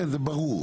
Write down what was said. כן זה ברור,